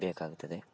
ಬೇಕಾಗ್ತದೆ